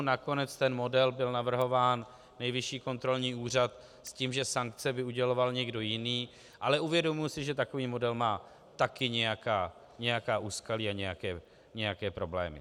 Nakonec ten model byl navrhován Nejvyšší kontrolní úřad s tím, že sankce by uděloval někdo jiný, ale uvědomuji si, že takový model má taky nějaká úskalí a nějaké problémy.